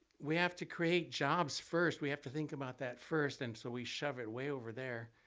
we have to create jobs first, we have to think about that first, and so we shove it way over there.